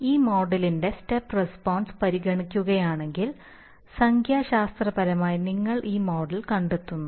ഈ മോഡലിന്റെ step response പരിഗണിക്കുകയാണെങ്കിൽ സംഖ്യാശാസ്ത്രപരമായി നിങ്ങൾ ഈ മോഡൽ കണ്ടെത്തുന്നു